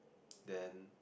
then